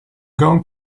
going